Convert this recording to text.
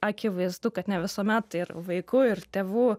akivaizdu kad ne visuomet ir vaikų ir tėvų